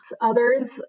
Others